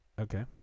Okay